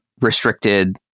restricted